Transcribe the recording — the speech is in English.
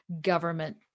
government